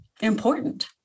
important